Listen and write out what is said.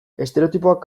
estereotipook